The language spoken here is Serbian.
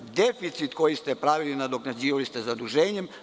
Deficit koji ste pravili nadoknađivali ste zaduženjem.